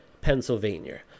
Pennsylvania